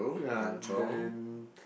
ya then